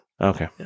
Okay